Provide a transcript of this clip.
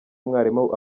mwarimu